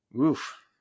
oof